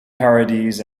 parodies